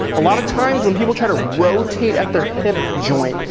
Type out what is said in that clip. a lot of times when people try to rotate at their hip joint,